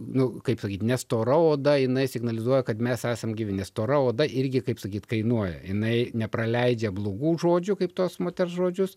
nu kaip sakyt ne stora oda jinai signalizuoja kad mes esam gyvi nes stora oda irgi kaip sakyt kainuoja jinai nepraleidžia blogų žodžių kaip tos moters žodžius